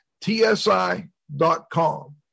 TSI.com